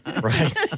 Right